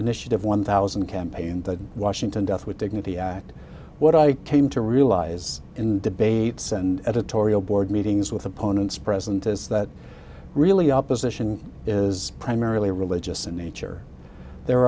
initiative one thousand campaign in the washington death with dignity act what i came to realize in debates and editorial board meetings with opponents present is that really opposition is primarily religious in nature there